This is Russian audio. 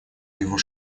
его